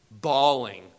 bawling